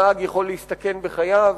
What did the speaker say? הנהג יכול להסתכן בחייו.